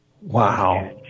Wow